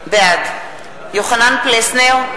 בעד יוחנן פלסנר,